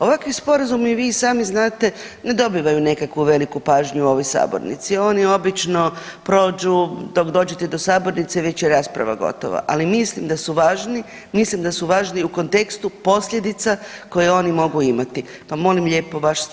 Ovakvi sporazumi vi i sami znate ne dobivaju nekakvu veliku pažnju u ovoj sabornici, oni obično prođu dok dođete do sabornice već je rasprava gotova, ali mislim da su važni, mislim da su važni u kontekstu posljedica koje oni mogu imati, pa molim lijepo vaš stav vezano uz to.